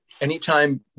anytime